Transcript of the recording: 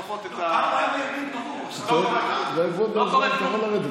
פעם היה ימין ברור, עכשיו, אתה יכול לרדת.